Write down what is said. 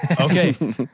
Okay